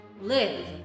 Live